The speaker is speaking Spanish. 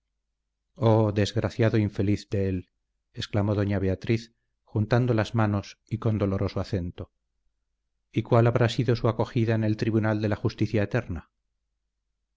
oh desgraciado infeliz de él exclamó doña beatriz juntando las manos y con doloroso acento y cuál habrá sido su acogida en el tribunal de la justicia eterna